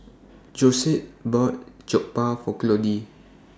Josette bought Jokbal For Claudie